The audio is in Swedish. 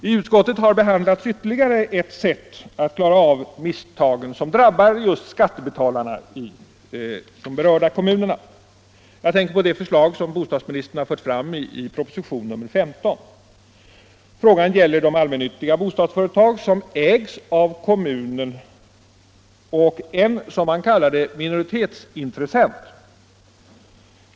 I utskottet har behandlats ytterligare ett förslag för att klara av misstagen som drabbar just skattebetalarna i de”berörda kommunerna. Jag tänker på det förslag som bostadsministern har fört fram i propositionen 15. Frågan gäller de allmännyttiga bostadsföretag som ägs av kommunen och en, som man kallar det, minoritetsintressent.